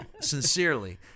sincerely